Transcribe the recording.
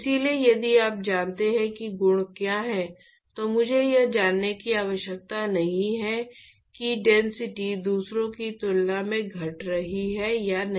इसलिए यदि आप जानते हैं कि गुण क्या हैं तो मुझे यह जानने की आवश्यकता नहीं है कि डेंसिटी दूसरों की तुलना में घट रही है या नहीं